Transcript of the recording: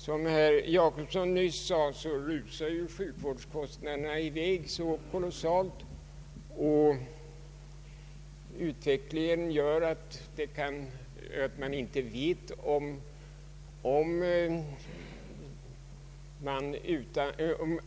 Som herr Per Jacobsson nyss nämnde skjuter sjukvårdskostnaderna i höjden så oerhört snabbt att det är tveksamt